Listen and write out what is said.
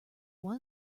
one